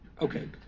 Okay